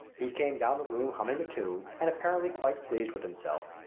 he came down the room humming a tune and apparently quite pleased with himself.